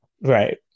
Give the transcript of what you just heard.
right